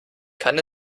kann